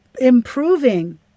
improving